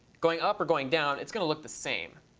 going up or going down it's going to look the same,